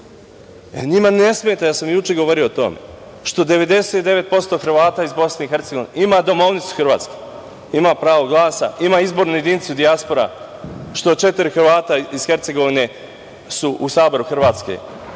Njima ne smeta, ja sam juče govorio o tome, što 99% Hrvata iz BiH ima domovnicu hrvatsku, ima pravo glasa, ima izbornu jedinicu dijaspora, što četiri Hrvata iz Hercegovine su u Saboru Hrvatske,